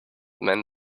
men